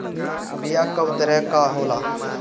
बीया कव तरह क होला?